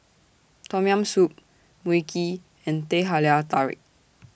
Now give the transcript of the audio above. Tom Yam Soup Mui Kee and Teh Halia Tarik